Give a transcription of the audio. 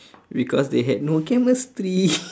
because they had no chemistry